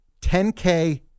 10K